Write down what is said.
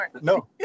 No